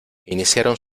iniciaron